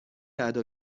ادا